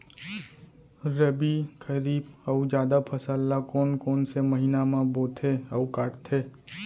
रबि, खरीफ अऊ जादा फसल ल कोन कोन से महीना म बोथे अऊ काटते?